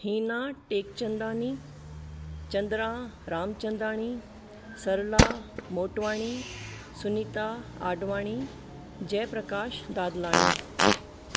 Heena Tekchandani Chandra Ramchandani Sarla Motwani Sunita Advani Jai Prakash Dadlani